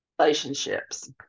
relationships